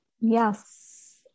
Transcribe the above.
Yes